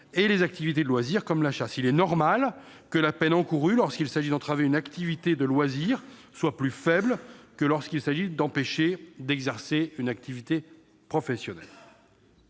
et les activités de loisir, comme la chasse. Il est normal que la peine encourue lorsqu'il s'agit d'entraver une activité de loisir soit plus faible que lorsqu'il s'agit d'empêcher d'exercer une activité professionnelle.